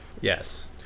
Yes